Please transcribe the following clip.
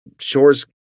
shores